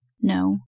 No